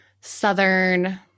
Southern